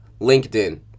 LinkedIn